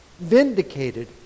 Vindicated